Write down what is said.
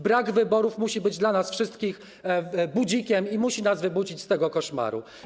Brak wyborów musi być dla nas wszystkich budzikiem i musi nas wybudzić z tego koszmaru.